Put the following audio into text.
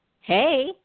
Hey